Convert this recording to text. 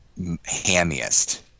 hammiest